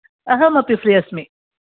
अहम् अपि फ्रि़ अस्मि